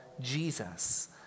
Jesus